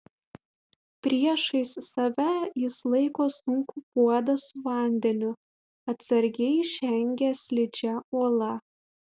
priešais save jis laiko sunkų puodą su vandeniu atsargiai žengia slidžia uola